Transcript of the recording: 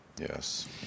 yes